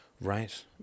Right